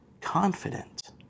confident